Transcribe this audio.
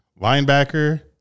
Linebacker